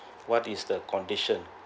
what is the condition